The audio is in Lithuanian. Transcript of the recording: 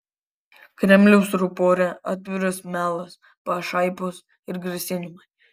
kremliaus rupore atviras melas pašaipos ir grasinimai